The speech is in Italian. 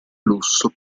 lusso